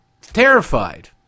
terrified